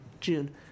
june